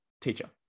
teacher